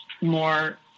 more